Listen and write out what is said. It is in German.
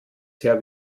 sehr